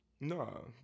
No